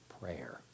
prayer